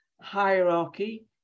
hierarchy